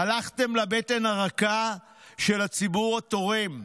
הלכתם לבטן הרכה של הציבור התורם,